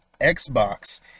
Xbox